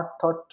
thought